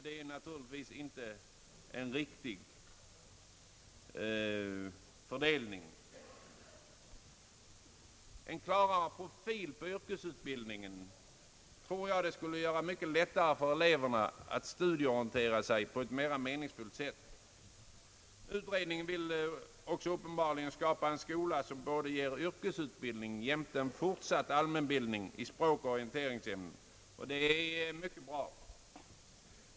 Det är naturligtvis inte en riktig fördelning. En klarare profil åt yrkesutbildningen tror jag skulle göra det mycket lättare för eleverna att studieorientera sig på ett mera meningsfullt sätt. Utredningen vill uppenbarligen skapa en skola som både ger yrkesutbildning och fortsatt allmänbildning i språk och orienteringsämnen, och det är mycket bra.